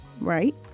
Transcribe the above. right